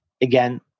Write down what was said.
Again